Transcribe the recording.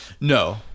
No